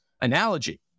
analogy